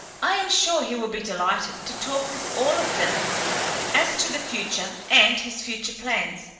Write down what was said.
i am sure he will be delighted to talk with all of them as to the future and his future plans,